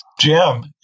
Jim